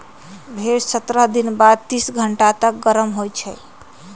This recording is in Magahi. भेड़ सत्रह दिन बाद तीस घंटा तक गरम होइ छइ